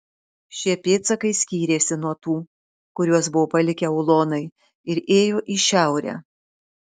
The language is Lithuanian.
šie pėdsakai skyrėsi nuo tų kuriuos buvo palikę ulonai ir ėjo į šiaurę